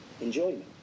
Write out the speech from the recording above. enjoyment